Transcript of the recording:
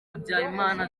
habyarimana